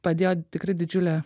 padėjo tikrai didžiulį